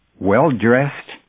well-dressed